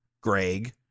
Greg